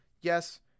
Yes